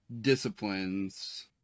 disciplines